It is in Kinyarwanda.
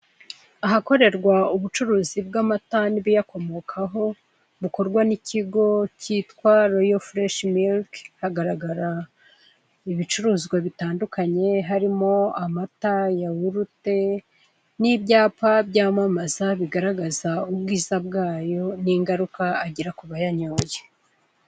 Ahakorerwa ubucuruzi bw'amata n'ibiyakomokaho, bukorwa n'ikigo kitwa royofureshi mirike, hagaragara ibicuruzwa bitandukanye harimo amata, yahurute n'ibyapa byamamaza bigaragaza ubwiza bwayo n'ingaruka agira ku bayanyoye.